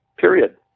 period